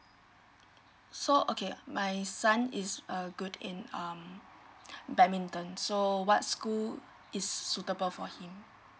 so okay my son is uh good in um badminton so what school is suitable for him